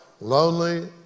Lonely